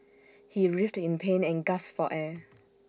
he writhed in pain and gasped for air